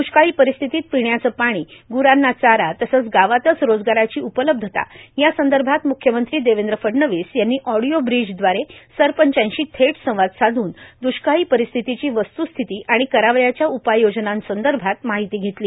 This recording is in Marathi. द्ष्काळी परिस्थितीत पिण्याचे पाणी ग्रांना चारा तसंच गावातच रोजगाराची उपलब्धता यासंदर्भात म्ख्यमंत्री देवेंद्र फडणवीस यांनी ऑडिओ ब्रीजद्वारे सरपंचांशी थेट संवाद साधून द्रष्काळी परिस्थितीची वस्तूस्थिती आणि करावयाच्या उपाययोजनासंदर्भात माहिती घेतली